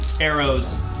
arrows